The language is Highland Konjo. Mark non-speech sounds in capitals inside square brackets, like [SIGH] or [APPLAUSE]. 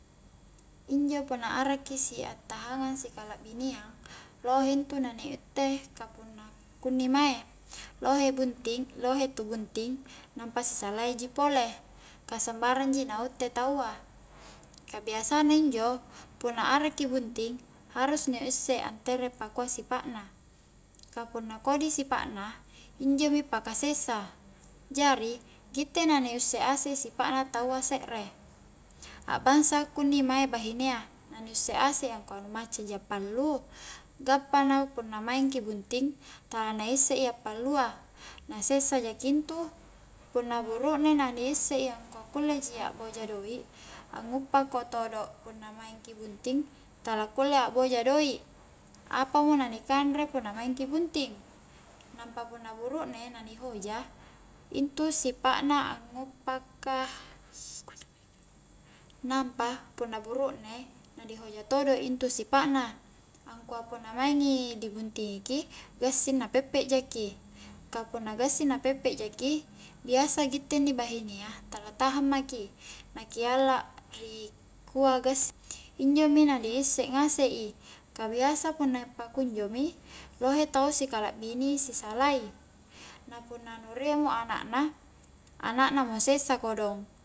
Injo punna arakki si attahangang sikalabineang, lohe intu na ni itte ka punna kunni mae, lohe bunting- lohe tu bunting nampa si salai ji pole ka sambarang ji na uitte taua ka biasa na injo punna a'rakki bunting, harus ni isse nterea pakua sipa'na ka punna kodi sipa'na, injomi paka sessa, jari gitte na ni usse asek i sipa'na taua se're, akbangsa kunni mae bahinea na ni usse asek angkua nu macca ji appalu, gappana punna maing ki bunting tala na isse i a'pallua na sessa jaki intu punna burukne na ni issei angkua kulle ji akboja doik, anguppa ko todo punna maingki bunting tala kulle akboja doik apamo na ni kanre punna maingki bunting nampa punna burukne na ni hoja, intu sipa'na anguppa ka nampa punna burukne na di hoja todo intu sipakna angkua punna maengi di buntingi ki gassing na peppe jaki, ka punna gassing na peppe jaki biasa gitte inni bahinea tala tahang maki na ki [UNINTELLIGIBLE] ri kua gassing injomi na di isse ngasek i, ka biasa punna pukunjo mi lohe tau sikalabini si salai na punna nu rie mo anak na, anakna mo sessa kodong